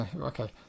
Okay